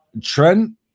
Trent